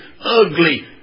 ugly